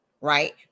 Right